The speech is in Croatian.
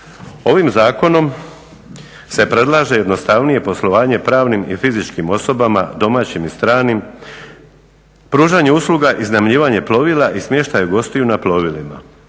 Ovim Zakonom se predlaže jednostavnije poslovanje pravnim i fizičkim osobama, domaćim i stranim, pružanje usluga, iznajmljivanje plovila i smještaj gostiju na plovilima.